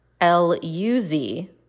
L-U-Z